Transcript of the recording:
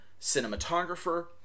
cinematographer